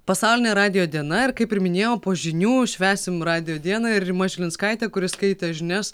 pasaulinė radijo diena ir kaip ir minėjau po žinių švęsim radijo dieną ir rima žilinskaitė kuri skaitė žinias